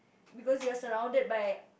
because you are surrounded by